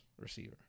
receiver